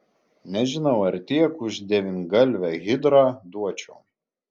nežinau ar tiek ir už devyngalvę hidrą duočiau